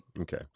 Okay